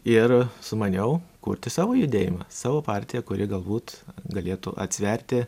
ir sumaniau kurti savo judėjimą savo partiją kuri galbūt galėtų atsverti